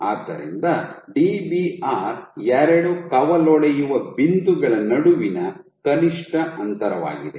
ಆದ್ದರಿಂದ Dbr ಎರಡು ಕವಲೊಡೆಯುವ ಬಿಂದುಗಳ ನಡುವಿನ ಕನಿಷ್ಠ ಅಂತರವಾಗಿದೆ